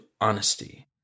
honesty